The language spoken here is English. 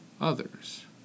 others